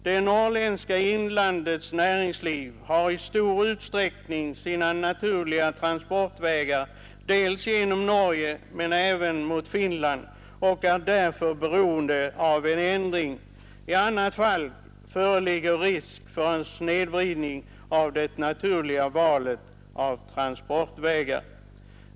Det norrländska inlandets näringsliv har i stor utsträckning sina naturliga transportvägar genom Norge men även genom Finland och är därför beroende av en ändring; i annat fall föreligger risk för snedvridning av det naturliga valet av transportvägar.